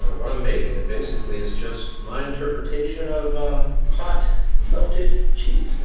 what i'm making, ah basically, is just my interpretation of ah hot melted cheese.